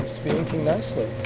be inking nicely.